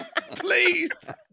Please